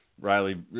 Riley